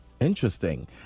Interesting